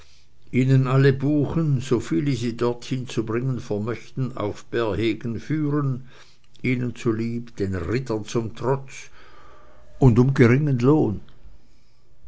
ihnen alle buchen so viele sie dorthin zu bringen vermöchten auf bärhegen führen ihnen zulieb den rittern zum trotz und um geringen lohn